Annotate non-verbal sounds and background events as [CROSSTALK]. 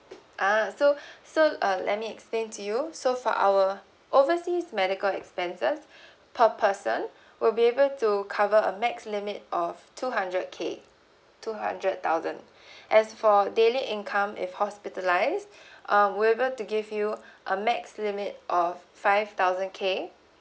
ah so [BREATH] so uh let me explain to you so for our overseas medical expenses [BREATH] per person will be able to cover a max limit of two hundred K two hundred thousand [BREATH] as for daily income if hospitalised [BREATH] um we'll be able to give you a max limit of five thousand K